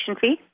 fee